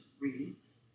reads